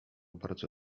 bardzo